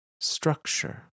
structure